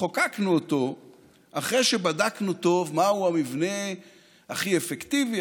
חוקקנו אותו אחרי שבדקנו טוב מהו המבנה הכי אפקטיבי,